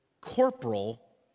corporal